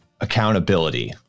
accountability